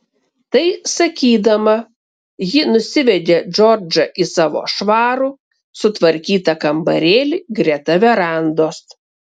tai sakydama ji nusivedė džordžą į savo švarų sutvarkytą kambarėlį greta verandos